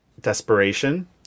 desperation